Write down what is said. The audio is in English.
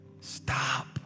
stop